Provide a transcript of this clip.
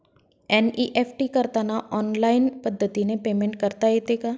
NEFT करताना online पद्धतीने payment करता येते का?